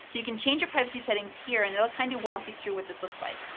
you can change your privacy settings here. and it'll kind of walk you through what this looks like.